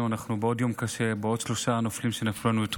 ההצעה הראשונה היא הצעת חוק חובת המכרזים (תיקון,